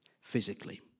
physically